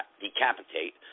decapitate